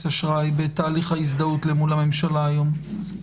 אשראי בתהליך ההזדהות למול הממשלה היום?